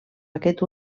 aquest